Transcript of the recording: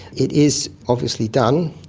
it is obviously done.